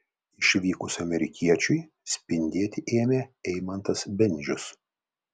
išvykus amerikiečiui spindėti ėmė eimantas bendžius